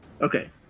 Okay